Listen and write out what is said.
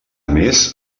més